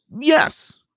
Yes